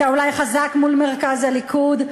אתה אולי חזק מול מרכז הליכוד,